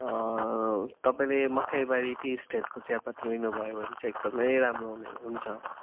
तपाईँले मकैबारी टी इस्टेटको चियापत्ती लिनुभयो भने चाहिँ एकदमै राम्रो हुनेछ हुन्छ